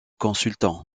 consultants